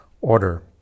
order